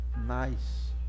nice